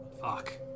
Fuck